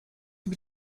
mit